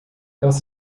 was